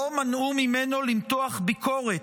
לא מנעו ממנו למתוח ביקורת,